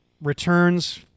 returns